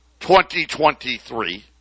2023